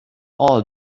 all